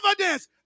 evidence